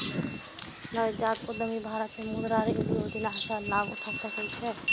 नवजात उद्यमी भारत मे मुद्रा ऋण योजना सं लाभ उठा सकै छै